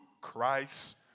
Christ